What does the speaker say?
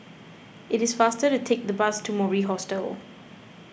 it is faster to take the bus to Mori Hostel